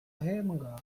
ahembwa